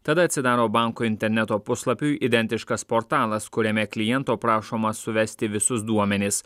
tada atsidaro banko interneto puslapiui identiškas portalas kuriame kliento prašoma suvesti visus duomenis